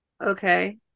okay